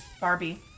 Barbie